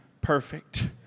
perfect